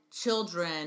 Children